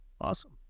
Awesome